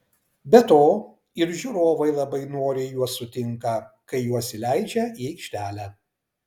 be to ir žiūrovai labai noriai juos sutinka kai juos įleidžia į aikštelę